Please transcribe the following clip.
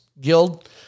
guild